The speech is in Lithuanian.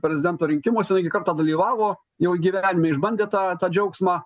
prezidento rinkimuose taigi kartą dalyvavo jau gyvenime išbandė tą džiaugsmą